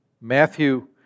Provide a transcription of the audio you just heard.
Matthew